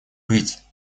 быть